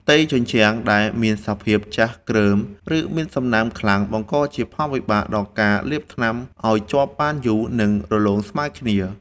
ផ្ទៃជញ្ជាំងដែលមានសភាពចាស់ គ្រើម ឬមានសំណើមខ្លាំង បង្កជាផលវិបាកដល់ការលាបថ្នាំឱ្យជាប់បានយូរ និងរលោងស្មើគ្នា។